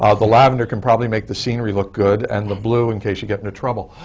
ah the lavender can probably make the scenery look good, and the blue in case you get into trouble.